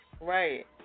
Right